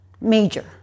major